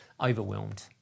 overwhelmed